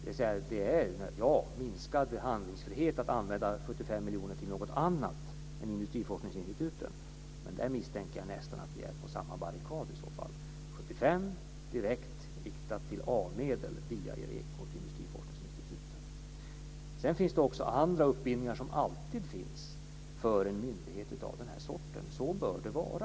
Ja, det är minskad handlingsfrihet att använda 75 miljoner kronor till något annat än industriforskningsinstituten. Men där misstänker jag att vi i så fall finns på samma barrikad. 75 miljoner kronor är alltså direkt riktade till A-medel via Ireco till industriforskningsinstituten. Sedan gäller det också andra uppbindningar som alltid finns för en myndighet av den här sorten, och så bör det vara.